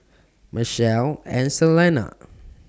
Michelle and Selene